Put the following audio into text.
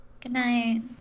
Goodnight